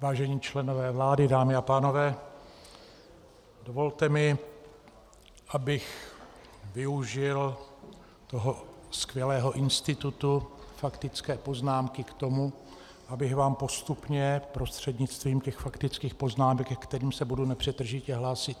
Vážení členové vlády, dámy a pánové, dovolte mi, abych využil toho skvělého institutu faktické poznámky k tomu, abych vám postupně prostřednictvím faktických poznámek, ke kterým se budu nepřetržitě hlásit,